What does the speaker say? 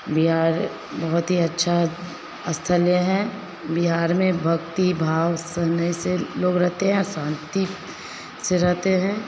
बिहार बहुत ही अच्छा स्थल्य है बिहार में भक्ति भाव से लोग रहते हैं शांति से रहते हैं